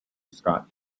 scott